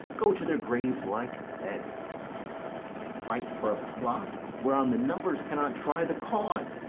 go to their graves like beds fight for a plot whereon the numbers cannot try the cause,